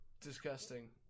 disgusting